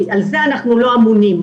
על זה אנחנו לא אמונים.